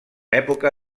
època